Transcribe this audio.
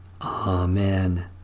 Amen